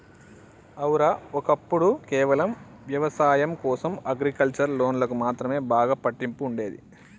ఔర, ఒక్కప్పుడు కేవలం వ్యవసాయం కోసం అగ్రికల్చర్ లోన్లకు మాత్రమే బాగా పట్టింపు ఉండేది